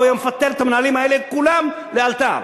הוא היה מפטר את המנהלים האלה כולם לאלתר